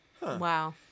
wow